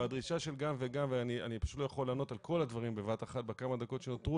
והדרישה של גם וגם אני פשוט לא יכול לענות בבת-אחת בכמה דקות שנותרו